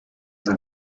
del